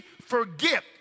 forget